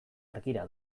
argira